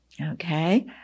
Okay